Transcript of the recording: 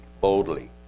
boldly